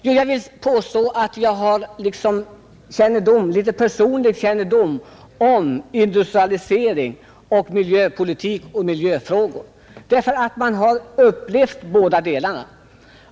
Jo, jag vill påstå att jag har rätt stor personlig kännedom både om industrialisering och om miljöpolitik och miljöfrågor; jag har upplevt bägge delarna.